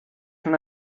una